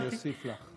אני אוסיף לך.